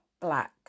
black